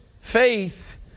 faith